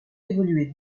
évoluer